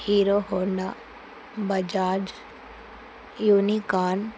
hero Honda Bajaj unicorn